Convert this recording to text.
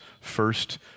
first